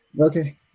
Okay